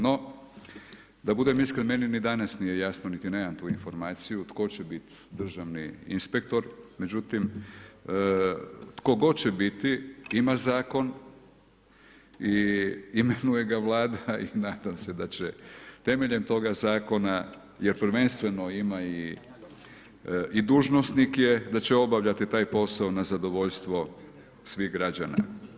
No, da budem iskren meni ni danas nije jasno niti nemam tu informaciju tko će biti državni inspektor međutim tko god će biti ima zakon i imenuje ga Vlada i nadam se da će temeljem toga zakona, jer prvenstveno ima i, i dužnosnik je, da će obavljati taj posao na zadovoljstvo svih građana.